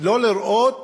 לא לראות